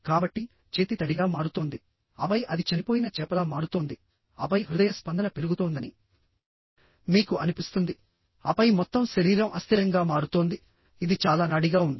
కాబట్టి చేతి తడిగా మారుతోంది ఆపై అది చనిపోయిన చేపలా మారుతోంది ఆపై హృదయ స్పందన పెరుగుతోందని మీకు అనిపిస్తుంది ఆపై మొత్తం శరీరం అస్థిరంగా మారుతోంది ఇది చాలా నాడీగా ఉంది